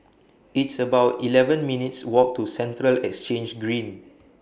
It's about eleven minutes' Walk to Central Exchange Green